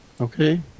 Okay